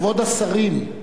כבוד השרים.